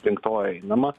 link to einama